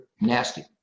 nasty